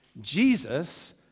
Jesus